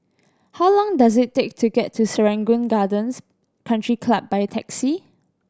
how long does it take to get to Serangoon Gardens Country Club by taxi